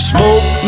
Smoke